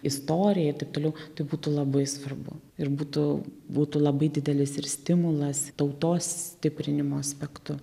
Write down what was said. istoriją ir taip toliau tai būtų labai svarbu ir būtų būtų labai didelis ir stimulas tautos stiprinimo aspektu